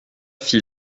fit